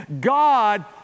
God